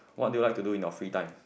what do you like to do in your free time